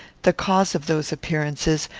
the cause of those appearances,